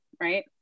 right